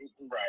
Right